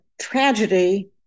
tragedy